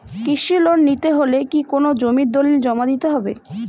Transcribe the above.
কৃষি লোন নিতে হলে কি কোনো জমির দলিল জমা দিতে হবে?